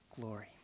glory